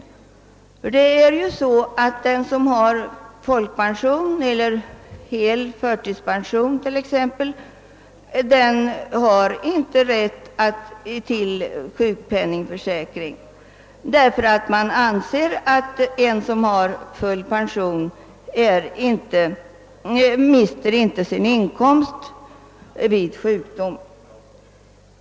Den som har folkpension eller hel förtidspension äger inte rätt till sjukpenningförsäkring, eftersom vederbörande inte mister någon inkomst vid sjukdom.